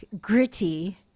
gritty